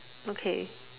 okay